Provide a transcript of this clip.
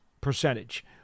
percentage